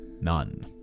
none